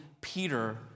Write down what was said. Peter